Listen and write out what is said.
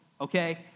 okay